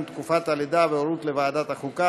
תקופת הלידה והורות ולוועדת החוקה,